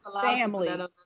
Family